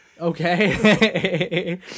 Okay